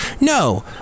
No